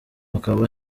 akaba